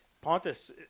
Pontus